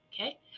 okay